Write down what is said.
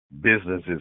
businesses